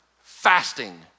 fasting